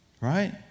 Right